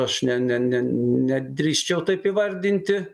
aš ne ne ne nedrįsčiau taip įvardinti